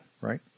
Right